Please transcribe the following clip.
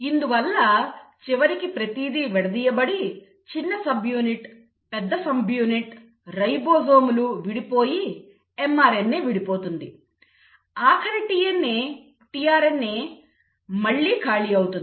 ఇందువల్ల చివరకి ప్రతిదీ విడదీయబడి చిన్న సబ్యూనిట్ పెద్ద సబ్యూనిట్ రైబోజోమ్లు విడిపోయి mRNA విడిపోతుంది ఆఖరి tRNA మళ్లీ ఖాళీ అవుతుంది